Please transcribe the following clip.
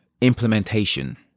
implementation